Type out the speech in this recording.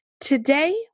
Today